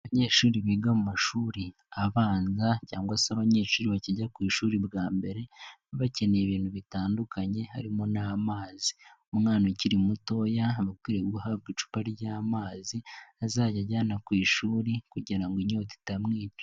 Abanyeshuri biga mu mashuri abanza cyangwa se abanyeshuri bakijya ku ishuri bwa mbere, baba bakeneye ibintu bitandukanye harimo n'amazi. Umwana ukiri mutoya aba akwiriye guhabwa icupa ry'amazi azajya ajyana ku ishuri kugira ngo inyota itamwica.